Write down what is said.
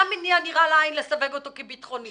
היה מניע נראה לעין לסווג אותו כביטחוני.